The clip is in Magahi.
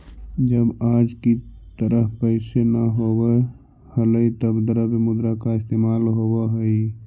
जब आज की तरह पैसे न होवअ हलइ तब द्रव्य मुद्रा का इस्तेमाल होवअ हई